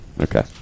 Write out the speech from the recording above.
Okay